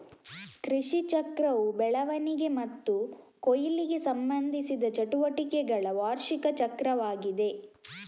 ಕೃಷಿಚಕ್ರವು ಬೆಳವಣಿಗೆ ಮತ್ತು ಕೊಯ್ಲಿಗೆ ಸಂಬಂಧಿಸಿದ ಚಟುವಟಿಕೆಗಳ ವಾರ್ಷಿಕ ಚಕ್ರವಾಗಿದೆ